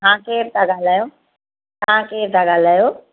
तां केरु था ॻाल्हायो तव्हां केरु था ॻाल्हायो